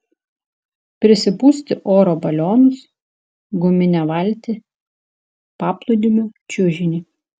prisipūsti oro balionus guminę valtį paplūdimio čiužinį